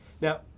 Now